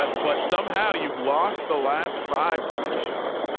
um but somehow you've lost the last five to me, sean.